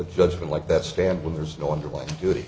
judgment like that stand when there's no underlying duty